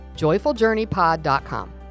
joyfuljourneypod.com